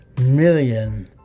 million